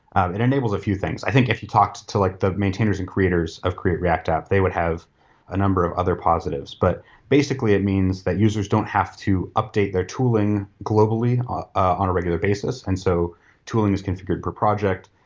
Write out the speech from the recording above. it enables a few things. i think if you talked to like the maintainers and creators of create react app, they would have a number of other positives. but basically, it means that users don't have to update their tooling globally on a regular basis, and so tooling in configured per project.